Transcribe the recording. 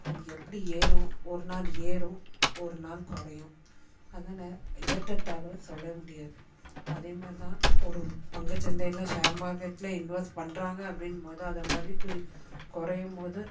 அது எப்படி ஏறும் ஒரு நாள் ஏறும் ஒரு நாள் குறையும் அதனால் ஏற்றதாழ்வ சொல்லவே முடியாது அதேமாதிரிதான் ஒரு பங்கு சந்தையில் ஷேர் மார்க்கெட்ல இன்வெஸ்ட் பண்ணுறாங்க அப்படின் முத அது மதிப்பு குறையும்மோது